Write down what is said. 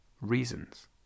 reasons